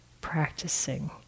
practicing